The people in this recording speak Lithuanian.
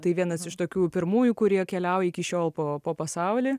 tai vienas iš tokių pirmųjų kurie keliauja iki šiol po po pasaulį